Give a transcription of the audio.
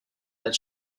that